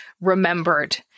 remembered